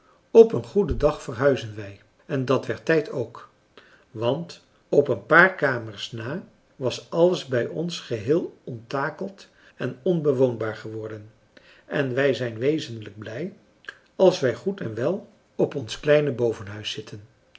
op een goeden dag verhuizen wij en dat werd tijd ook want op een paar kamers na was alles bij ons geheel onttakeld en onbewoonbaar geworden en wij zijn wezenlijk blij als wij goed en wel op ons kleine bovenhuis zitten